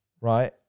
right